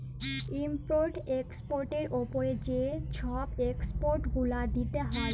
import এক্সপর্টের উপরে যে ছব ট্যাক্স গুলা দিতে হ্যয়